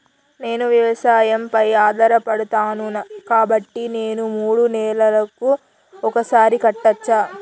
నేను వ్యవసాయం పై ఆధారపడతాను కాబట్టి నేను మూడు నెలలకు ఒక్కసారి కట్టచ్చా?